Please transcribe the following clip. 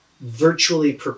virtually